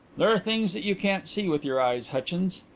there are things that you can't see with your eyes, hutchins.